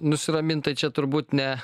nusiramint tai čia turbūt ne